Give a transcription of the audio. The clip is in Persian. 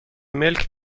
ملک